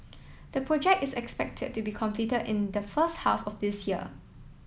the project is expected to be completed in the first half of this year